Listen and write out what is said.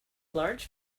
large